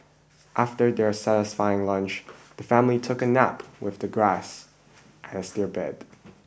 after their satisfying lunch the family took a nap with the grass as their bed